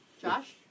Josh